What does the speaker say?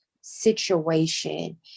situation